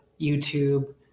youtube